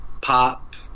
pop